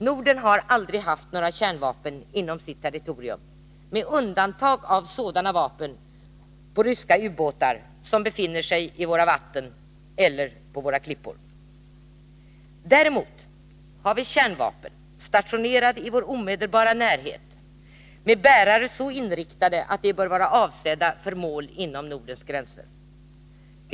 Norden har aldrig haft några kärnvapen inom sitt territorium med undantag av sådana vapen på ryska ubåtar som befinner sig i våra vatten — eller på våra klippor. Däremot har vi kärnvapen stationerade i vår omedelbara närhet, med bärare så inriktade att de bör vara avsedda för mål inom Nordens gränser.